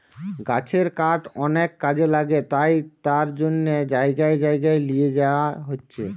গাছের কাঠ অনেক কাজে লাগে তাই তার জন্যে জাগায় জাগায় লিয়ে যায়া হচ্ছে